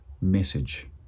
message